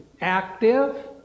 active